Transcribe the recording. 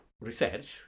research